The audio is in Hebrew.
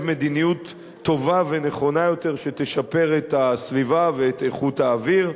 מדיניות טובה ונכונה יותר שתשפר את הסביבה ואת איכות האוויר,